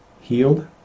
healed